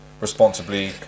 responsibly